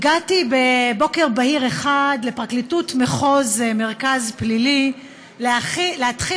הגעתי בבוקר בהיר אחד לפרקליטות מחוז מרכז פלילי להתחיל